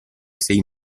sei